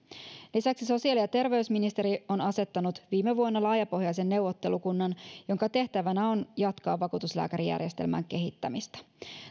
lisäksi sosiaali ja terveysministeri on asettanut viime vuonna laajapohjaisen neuvottelukunnan jonka tehtävänä on jatkaa vakuutuslääkärijärjestelmän kehittämistä